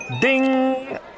ding